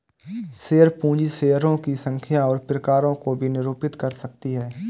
share पूंजी शेयरों की संख्या और प्रकारों को भी निरूपित कर सकती है